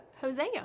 Hosea